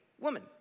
woman